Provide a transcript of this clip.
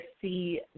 see